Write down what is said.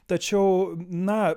tačiau na